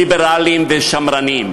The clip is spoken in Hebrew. ליברלים ושמרנים.